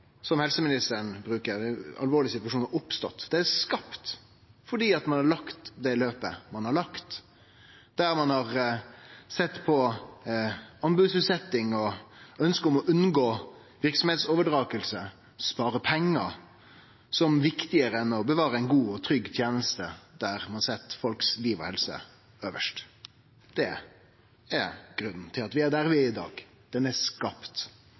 som helseministeren seier – at ein alvorleg situasjon har oppstått. Krisa er skapt fordi ein har lagt det løpet ein har lagt, der ein har sett på anbodsutsetjing, ønsket om å unngå verksemdsoverdraging og å spare pengar som viktigare enn å bevare ein god og trygg teneste der ein set folks liv og helse øvst. Det er grunnen til at vi er der vi er i dag. Krisa er skapt